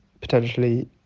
potentially